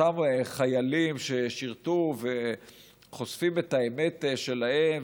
אותם חיילים ששירתו וחושפים את האמת שלהם,